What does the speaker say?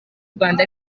rwanda